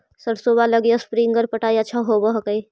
सरसोबा लगी स्प्रिंगर पटाय अच्छा होबै हकैय?